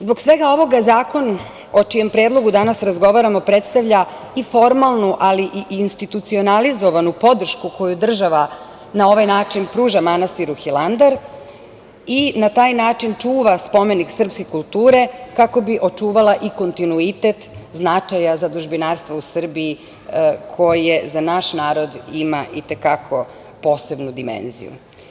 Zbog svega ovoga, Zakon o čijem predlogu danas razgovaramo predstavlja formalnu ali i institucionalizovanu podršku koju država na ovaj način pruža manastiru Hilandar i na taj način čuva spomenik srpske kulture, kako bi očuvala i kontinuitet značaja zadužbinarstva u Srbiji koje za naš narod ima i te kako posebnu dimenziju.